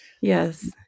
Yes